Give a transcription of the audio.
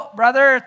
brother